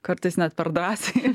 kartais net per drąsiai